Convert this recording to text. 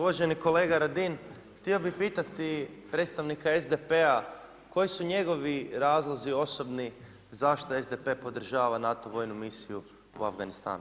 Uvaženi kolega Radin, htio bih pitati predstavnika SDP-a koji su njegovi razlozi osobni zašto SDP podržava NATO vojnu misiju u Afganistanu.